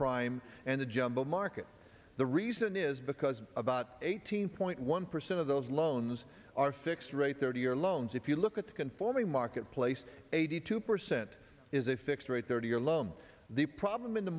prime and the jumbo market the reason is because about eighteen point one percent of those loans are fixed rate thirty year loans if you look at the conforming marketplace eighty two percent is a fixed rate thirty year loan the problem in the